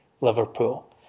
Liverpool